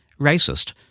racist